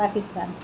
Pakistan